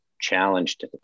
challenged